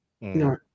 No